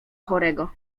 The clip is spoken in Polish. chorego